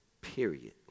Period